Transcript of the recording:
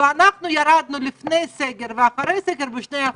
אפשר לראות שאנחנו ירדנו לפני הסגר ואחרי הסגר ב-2%.